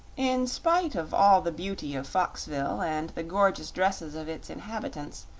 in spite of all the beauty of foxville and the gorgeous dresses of its inhabitants,